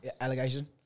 Allegation